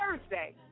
Thursday